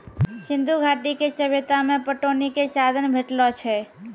सिंधु घाटी के सभ्यता मे पटौनी के साधन भेटलो छै